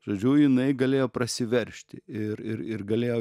žodžiu jinai galėjo prasiveržti ir ir ir galėjo